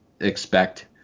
expect